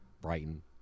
Brighton